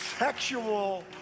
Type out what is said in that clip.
Sexual